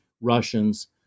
Russians